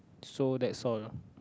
so that's all ah